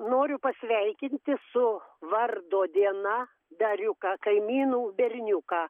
noriu pasveikinti su vardo diena dariuką kaimynų berniuką